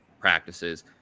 practices